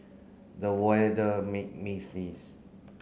the weather made me sneeze